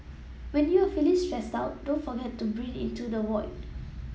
when you are feeling stressed out don't forget to breathe into the void